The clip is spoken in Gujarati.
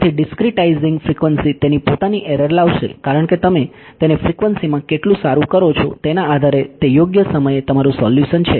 તેથી ડીસ્ક્રીટાઈઝીંગ ફ્રીકવન્સી તેની પોતાની એરર લાવશે કારણ કે તમે તેને ફ્રીકવન્સીમાં કેટલું સારું કરો છો તેના આધારે તે યોગ્ય સમયે તમારું સોલ્યુશન છે